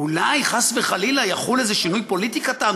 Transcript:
אולי חס וחלילה יחול איזה שינוי פוליטי קטן,